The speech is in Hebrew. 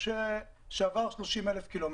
שעבר שלוש ידיים